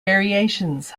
variations